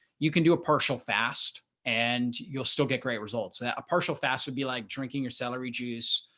you can do a partial fast and you'll still get great results that a partial fast would be like drinking your celery juice.